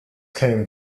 came